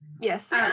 Yes